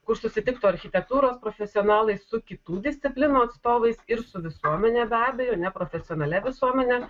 kur susitiktų architektūros profesionalai su kitų disciplinų atstovais ir su visuomene be abejo neprofesionalia visuomene